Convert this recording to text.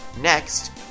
Next